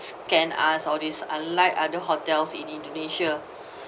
scan us all this unlike other hotels in indonesia